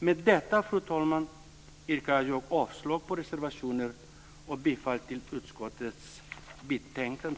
Med detta, fru talman, yrkar jag avslag på reservationen och bifall till hemställan i utskottets betänkande.